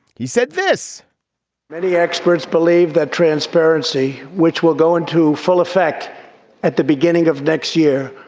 he said this many experts believe that transparency, which will go into full effect at the beginning of next year,